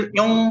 yung